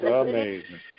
amazing